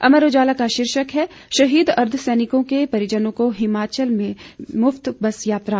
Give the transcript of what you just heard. अमर उजाला का शीर्षक है शहीद अर्द्वसैनिकों के परिजनों को हिमाचल में मुफ्त बस यात्रा